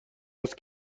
است